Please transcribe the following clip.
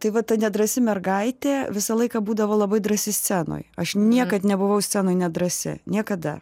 tai va ta nedrąsi mergaitė visą laiką būdavo labai drąsi scenoj aš niekad nebuvau scenoje nedrąsi niekada